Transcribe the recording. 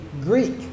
Greek